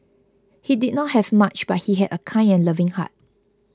he did not have much but he had a kind and loving heart